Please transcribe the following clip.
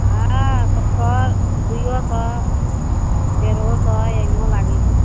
हँ सत्तरि दुइओ सओ डेढ़ो सओ एहनो लागै छै